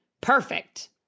Perfect